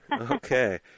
okay